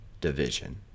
division